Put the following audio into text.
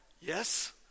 Yes